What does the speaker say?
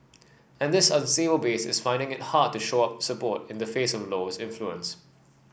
and this base is finding it hard to shore up support in the face of Low's influence